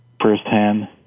firsthand